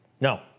No